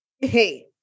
hey